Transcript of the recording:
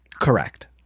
Correct